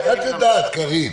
איך את יודעת, קארין?